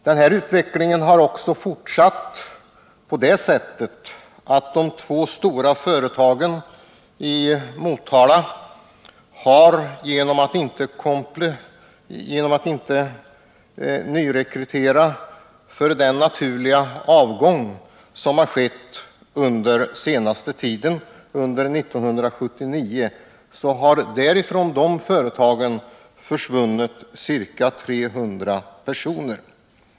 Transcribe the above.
Denna utveckling har också fortsatt på det sättet att de två stora företagen i Motala inte har nyrekryterat arbetskraft efter den naturliga avgång som skett under den senaste tiden, under 1979. Därigenom har det från dessa företag försvunnit ca 300 arbetstillfällen.